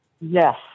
Yes